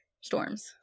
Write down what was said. storms